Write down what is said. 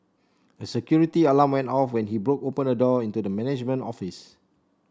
a security alarm went off when he broke open a door into the management office